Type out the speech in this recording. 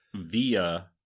via